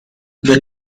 the